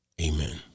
Amen